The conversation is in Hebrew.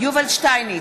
יובל שטייניץ,